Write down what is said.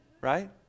Right